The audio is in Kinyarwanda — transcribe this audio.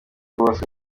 rwubatswe